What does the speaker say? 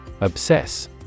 Obsess